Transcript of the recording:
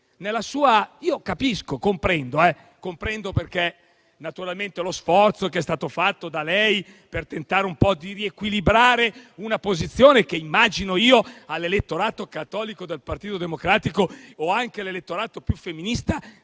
È talmente semplice. Comprendo naturalmente lo sforzo che è stato fatto da lei per tentare un po' di riequilibrare una posizione che immagino all'elettorato cattolico del Partito Democratico, o anche all'elettorato più femminista,